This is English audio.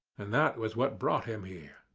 and that was what brought him here.